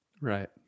Right